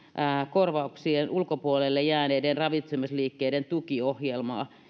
korvauksien ulkopuolelle jääneiden ravitsemisliikkeiden tukiohjelmaa